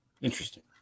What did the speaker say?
Interesting